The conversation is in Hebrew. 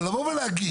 אבל לבוא ולהגיד,